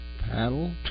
Paddle